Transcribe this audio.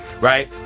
right